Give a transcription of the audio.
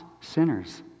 sinners